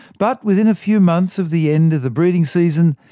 but within a few months of the end of the breeding season,